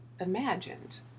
imagined